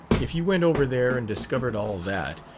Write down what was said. if you went over there and discovered all that,